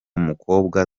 mukobwa